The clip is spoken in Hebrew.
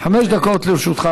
חמש דקות לרשותך,